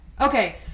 Okay